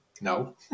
No